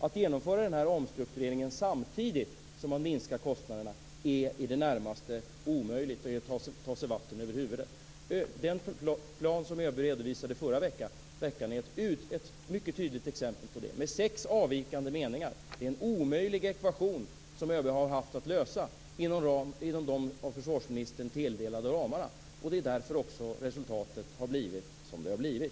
Att genomföra denna omstrukturering samtidigt som man minskar kostnaderna är i det närmaste omöjligt, det är att ta sig vatten över huvudet. Den plan som ÖB redovisade förra veckan är ett mycket tydligt exempel på detta. Med sex avvikande meningar är det en omöjlig ekvation som ÖB har haft att lösa inom de av försvarsministern tilldelade ramarna. Det är också därför som resultatet har blivit som det har blivit.